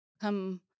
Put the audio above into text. come